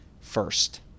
first